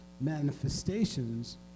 manifestations